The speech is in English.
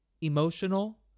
emotional